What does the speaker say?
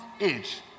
age